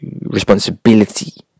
responsibility